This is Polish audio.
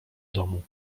domu